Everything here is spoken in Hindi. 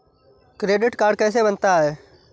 क्रेडिट कार्ड कैसे बनता है?